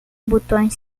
botões